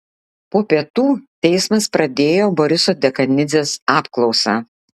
po pietų teismas pradėjo boriso dekanidzės apklausą